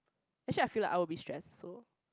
actually I feel like I will be stressed also